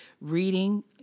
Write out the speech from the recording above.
reading